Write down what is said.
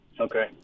Okay